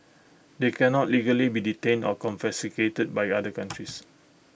they can not legally be detained or confiscated by other countries